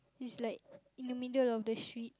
it's like in the middle of the street